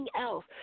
else